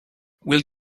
will